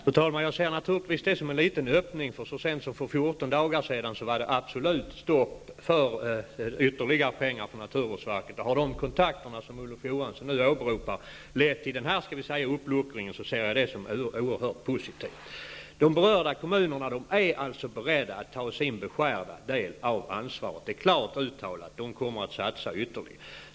Fru talman! Jag ser naturligtvis det här som en liten öppning, för så sent som för 14 dagar sedan var det absolut stopp för ytterligare pengar från naturvårdsverket. Om de kontakter som Olof Johansson nu åberopar har lett till en uppluckring är det oerhört positivt. De berörda kommunerna är alltså beredda att ta sin beskärda del av ansvaret — det är klart uttalat — och de kommer att satsa ytterligare.